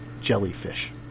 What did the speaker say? jellyfish